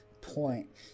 point